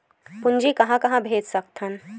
पूंजी कहां कहा भेज सकथन?